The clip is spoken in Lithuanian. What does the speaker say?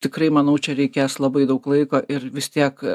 tikrai manau čia reikės labai daug laiko ir vis tiek